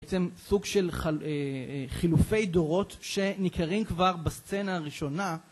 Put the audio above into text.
זה בעצם סוג של חילופי דורות שניכרים כבר בסצנה הראשונה.